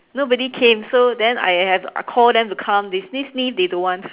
nobody came so then I have call them to come they sniff they don't want